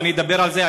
ואדבר על זה,